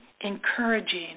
encouraging